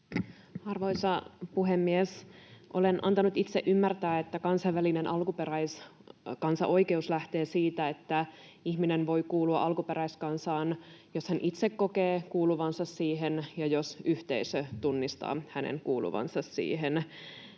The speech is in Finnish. Arvoisa puhemies! Olen antanut itseni ymmärtää, että kansainvälinen alkuperäiskansaoikeus lähtee siitä, että ihminen voi kuulua alkuperäiskansaan, jos hän itse kokee kuuluvansa siihen ja jos yhteisö tunnistaa hänen kuuluvan siihen.